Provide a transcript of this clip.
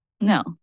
No